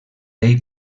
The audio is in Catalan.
ell